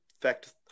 affect